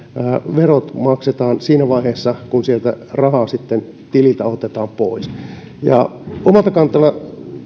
verot maksetaan siinä vaiheessa kun sieltä tililtä rahaa sitten otetaan pois omana kantanani